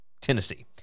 Tennessee